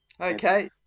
Okay